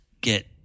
get